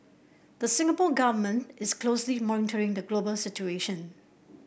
the Singapore Government is closely monitoring the global situation